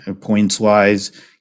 points-wise